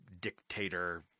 dictator